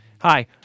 hi